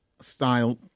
style